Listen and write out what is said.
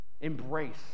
Embrace